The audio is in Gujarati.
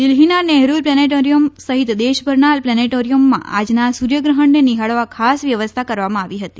દિલ્હીનાં નેહરુ પ્લેનેટોરિયમ સહિત દેશભરના પ્લેનેટોરિયમમાં આજના સૂર્યગ્રહણને નિહાળવા ખાસ વ્યવસ્થા કરવામાં આવી હતી